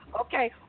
Okay